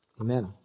amen